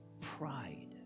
pride